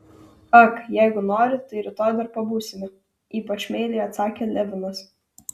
ak jeigu nori tai rytoj dar pabūsime ypač meiliai atsakė levinas